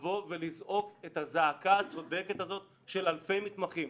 לבוא ולזעוק את הזעקה הצודקת הזאת של אלפי מתמחים.